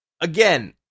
again